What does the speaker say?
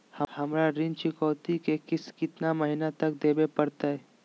हमरा ऋण चुकौती के किस्त कितना महीना तक देवे पड़तई?